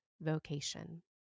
vocation